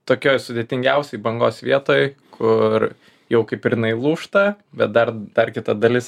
tokioj sudėtingiausioj bangos vietoj kur jau kaip ir jinai lūžta bet dar dar kita dalis